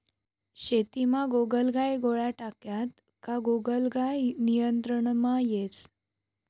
शेतीमा गोगलगाय गोळ्या टाक्यात का गोगलगाय नियंत्रणमा येस